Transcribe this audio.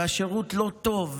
והשירות לא טוב,